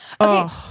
Okay